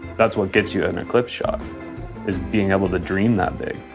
that's what gets you an eclipse shot is being able to dream that big,